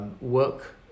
work